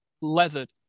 leathered